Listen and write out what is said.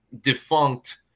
defunct